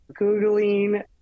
Googling